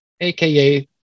AKA